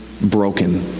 broken